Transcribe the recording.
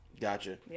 Gotcha